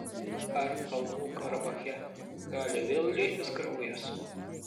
ar kalnų karabache gali vėl lietis kraujas